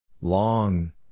Long